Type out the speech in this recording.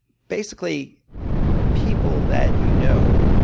basically people that you know.